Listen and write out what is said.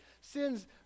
Sin's